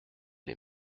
les